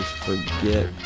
forget